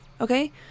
okay